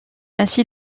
ainsi